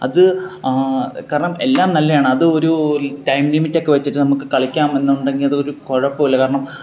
അത് കാരണം എല്ലാം നല്ലതാണ് അത് ഒരു ടൈം ലിമിറ്റൊക്കെ വച്ചിട്ട് നമുക്ക് കളിക്കാമെന്നുണ്ടെങ്കിൽ അത് ഒരു കുഴപ്പം ഇല്ല കാരണം